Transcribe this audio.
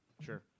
Sure